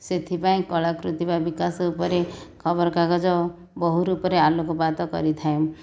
ସେଥିପାଇଁ କଳାକୃତି ବା ବିକାଶ ଉପରେ ଖବରକାଗଜ ବୋହୂ ରୂପରେ ଆଲୋକପାତ କରିଥାଏ